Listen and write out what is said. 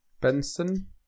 Benson